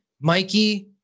Mikey